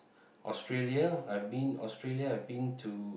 Australia I've been Australia I've been too